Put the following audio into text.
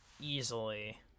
easily